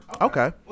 Okay